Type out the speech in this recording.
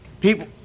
people